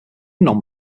non